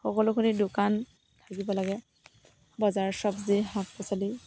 সকলোখিনি দোকান থাকিব লাগে বজাৰ চবজি শাক পাচলি